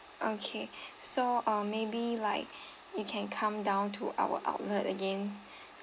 okay so uh maybe like you can come down to our outlet again